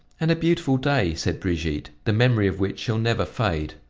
and a beautiful day, said brigitte, the memory of which shall never fade.